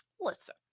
listen